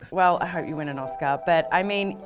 well, i hope you win an oscar. but, i mean,